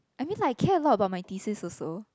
I mean like I care a lot about my thesis also